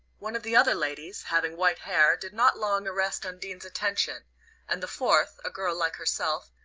one of the other ladies, having white hair, did not long arrest undine's attention and the fourth, a girl like herself,